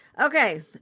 okay